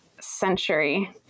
century